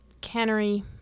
cannery